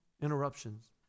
interruptions